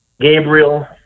Gabriel